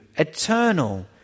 eternal